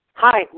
Hi